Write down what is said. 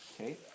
Okay